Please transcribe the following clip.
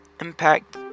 impact